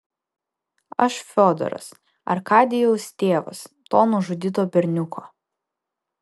aš fiodoras arkadijaus tėvas to nužudyto berniuko